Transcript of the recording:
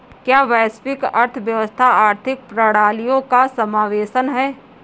क्या वैश्विक अर्थव्यवस्था आर्थिक प्रणालियों का समावेशन है?